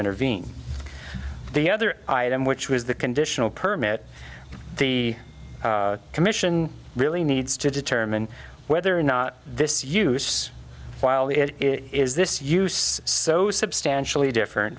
intervene the other item which was the conditional permit the commission really needs to determine whether or not this use while the is this use so substantially different